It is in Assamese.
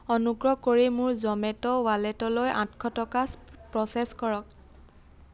অনুগ্ৰহ কৰি মোৰ জমেট' ৱালেটলৈ আঠশ টকা প্ৰ'চেছ কৰক